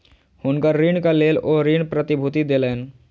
हुनकर ऋणक लेल ओ ऋण प्रतिभूति देलैन